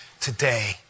today